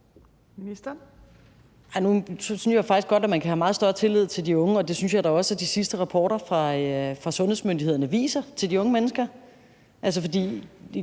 godt, at man kan have meget større tillid til de unge mennesker, og det synes jeg da også at de sidste rapporter fra sundhedsmyndighederne viser. For den ukontrollerethed